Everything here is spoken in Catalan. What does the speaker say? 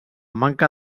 manca